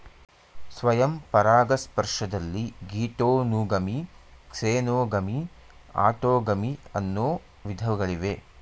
ಸ್ವಯಂ ಪರಾಗಸ್ಪರ್ಶದಲ್ಲಿ geitonogamy, xenogamy, autogamy ಅನ್ನೂ ವಿಧಗಳಿವೆ